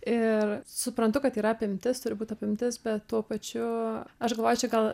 ir suprantu kad yra apimtis turi būti apimtis bet tuo pačiu aš galvoju čia gal